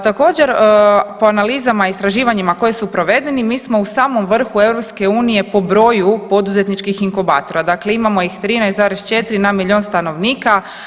Također po analizama i istraživanjima koje su provedeni, mi smo u samom vrhu EU po broju poduzetničkih inkubatora, dakle imamo ih 13,4 na milijun stanovnika.